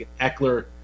Eckler